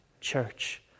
church